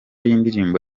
y’indirimbo